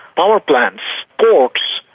power plants, ports,